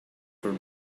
for